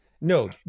no